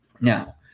Now